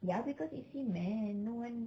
ya because it's cement no one